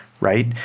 right